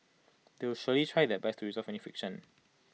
they will surely try their best to resolve any friction